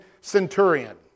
centurion